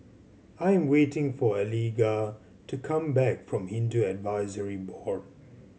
I'm waiting for Eliga to come back from Hindu Advisory Board